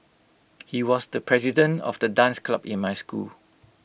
he was the president of the dance club in my school